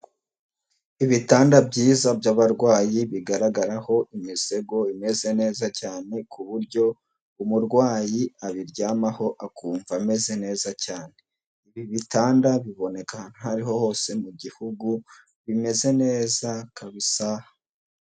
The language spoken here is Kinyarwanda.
Ibitanda byiza by'abarwayi bigaragaraho imisego imeze neza cyane ku buryo umurwayi abiryamaho akumva ameze neza cyane, ibi bitanda biboneka ahantu ariho hose mu gihugu bimeze neza kabisa.